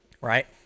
right